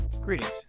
Greetings